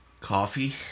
coffee